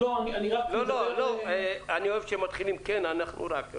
אני אוהב כשמתחילים "אנחנו רק".